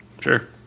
Sure